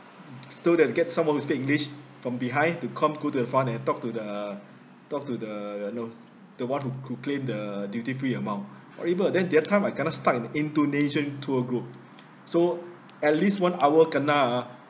so they get some who speak english from behind to come to the front and talk to the talk to the you know the one who who claim the duty free amount horrible then the other time I kena stuck in indonesian tour group so at least one hour kena ah